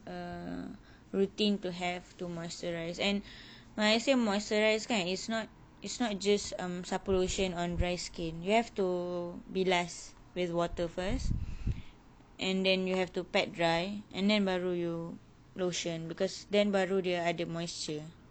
err routine to have to moisturize and when I say moisturize kan it's not it's not just um sapu lotion on dry skin you have to be bilas with water first and then you have to pat dry and then baru you lotion because then baru dia ada moisture